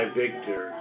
victor